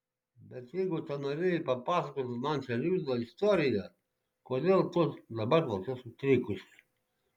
bet jeigu tenorėjai papasakoti man šią liūdną istoriją kodėl tu dabar tokia sutrikusi